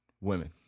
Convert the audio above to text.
women